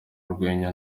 urwenya